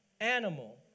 animal